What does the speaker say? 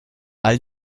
all